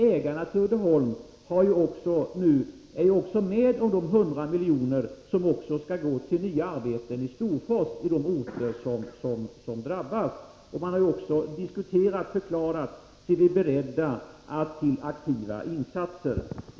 Ägarna till Uddeholm bidrar också till de 100 miljoner som skall gå till nya arbeten på de orter som drabbas, bl.a. Storfors. Man har också förklarat sig beredd till aktiva insatser från detta håll.